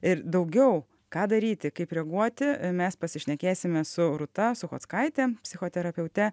ir daugiau ką daryti kaip reaguoti mes pasišnekėsime su rūta suchockaite psichoterapeute